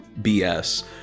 BS